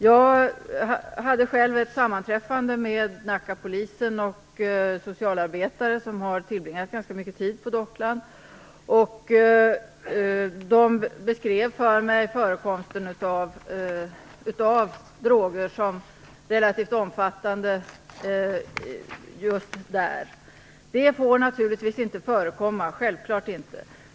Jag hade själv ett sammanträffande med Nackapolisen och socialarbetare som har tillbringat ganska mycket tid på Docklands, och de beskrev för mig förekomsten av droger som relativt omfattande just där. Det får naturligtvis inte förekomma, självklart inte.